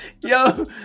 Yo